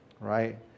right